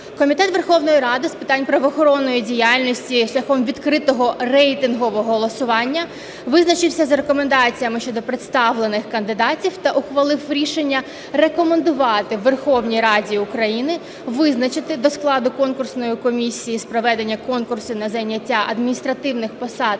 Комітет Верховної Ради з питань правоохоронної діяльності шляхом відкритого рейтингового голосування визначився з рекомендаціями щодо представлених кандидатів та ухвалив рішення рекомендувати Верховній Раді України визначити до складу конкурсної комісії з проведення конкурсу на зайняття адміністративних посад